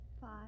Five